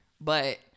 But-